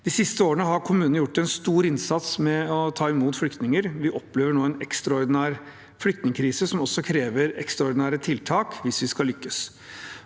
De siste årene har kommunene gjort en stor innsats med å ta imot flyktninger. Vi opplever nå en ekstraordinær flyktningkrise som krever ekstraordinære tiltak hvis vi skal lykkes.